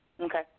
Okay